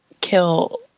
kill